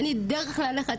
אין לי דרך ללכת,